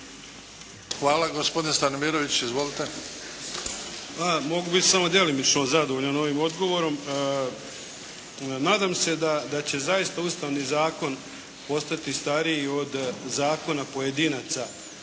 Hvala. Gospodin Stanimirović, izvolite.